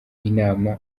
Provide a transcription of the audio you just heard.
inama